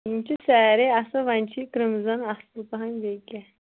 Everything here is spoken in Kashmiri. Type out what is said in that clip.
یِم چھِ ساریٚے اصٕل وۅنۍ چھِ کٕرٛمزن اصٕل پَہم بیٚیہِ کیٛاہ